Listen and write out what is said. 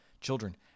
Children